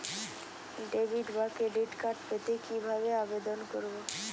Debit বা credit card পেতে কি ভাবে আবেদন করব?